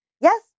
yes